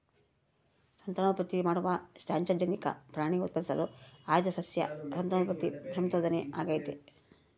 ಸಂತಾನೋತ್ಪತ್ತಿ ಮಾಡುವ ಟ್ರಾನ್ಸ್ಜೆನಿಕ್ ಪ್ರಾಣಿ ಉತ್ಪಾದಿಸಲು ಆಯ್ದ ಸಸ್ಯ ಸಂತಾನೋತ್ಪತ್ತಿ ಸಂಶೋಧನೆ ಆಗೇತಿ